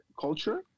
culture